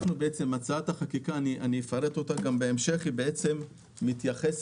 הצעת החקיקה שאפרט אותה בהמשך מתייחס